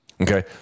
Okay